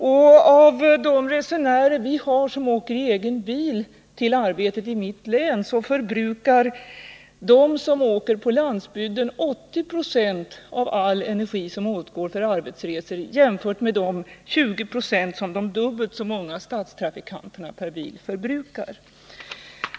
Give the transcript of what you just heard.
Bland de resenärer som åker i egen bil till arbetet i mitt län förbrukar de som åker på landsbygden 80 26 av all energi som åtgår för arbetsresor, medan 20 96 förbrukas av de dubbelt så många stadstrafikanterna.